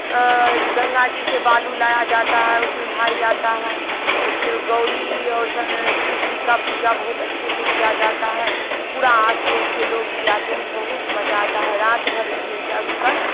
गंगा जी से बालू लाया जाता है उसमें भाई आता है उसमें गौरी और स शिवजी की पूजा बहुत अच्छे से किया जाता है पूरा आस पड़ोस के लोग भी आते हैं बहुत मजा आता है रात भर उसमें जग कर